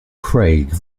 craig